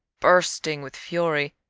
bursting with fury,